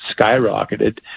skyrocketed